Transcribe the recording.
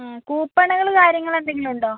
ആ കൂപ്പണുകൾ കാര്യങ്ങൾ എന്തെങ്കിലും ഉണ്ടോ